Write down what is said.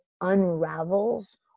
unravels